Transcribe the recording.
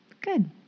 Good